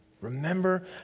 Remember